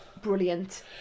Brilliant